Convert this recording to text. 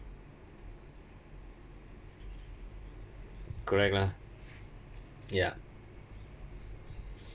correct lah ya